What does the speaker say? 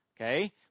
Okay